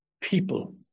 people